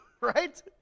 right